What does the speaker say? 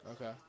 Okay